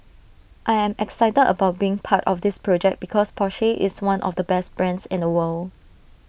I am excited about being part of this project because Porsche is one of the best brands in the world